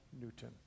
Newton